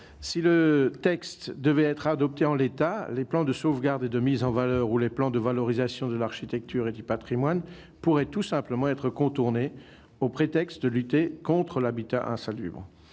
Si le texte devait être adopté en l'état, les plans de sauvegarde et de mise en valeur ou les plans de valorisation de l'architecture et du patrimoine pourraient tout simplement être contournés, au prétexte de lutter contre l'habitat insalubre.